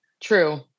True